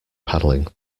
paddling